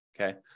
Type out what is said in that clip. okay